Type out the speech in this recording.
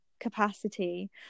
capacity